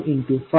1 0